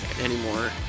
anymore